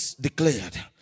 declared